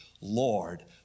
Lord